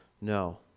No